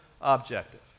objective